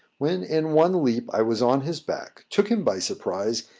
when, in one leap, i was on his back, took him by surprise,